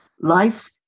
Life